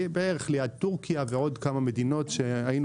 בערך ליד טורקיה ועוד כמה מדינות שהיינו